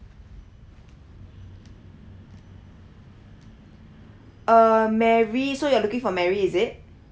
err mary so you're looking for mary is it